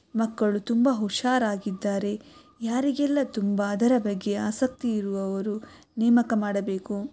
ಮಕ್ಕಳು ತುಂಬ ಹುಷಾರಾಗಿದ್ದಾರೆ ಯಾರಿಗೆಲ್ಲ ತುಂಬ ಅದರ ಬಗ್ಗೆ ಆಸಕ್ತಿ ಇರುವವರು ನೇಮಕ ಮಾಡಬೇಕು